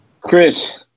Chris